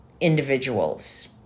individuals